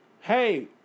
Hey